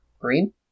green